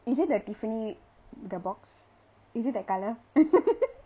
is it the tiffany the box is it that color